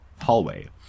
Hallway